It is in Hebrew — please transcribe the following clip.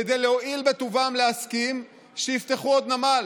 כדי להואיל בטובם להסכים שיפתחו עוד נמל?